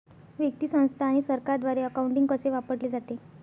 व्यक्ती, संस्था आणि सरकारद्वारे अकाउंटिंग कसे वापरले जाते